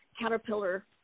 caterpillar